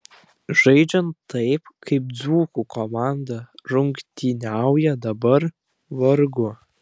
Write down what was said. žaidžiant taip kaip dzūkų komanda rungtyniauja dabar vargu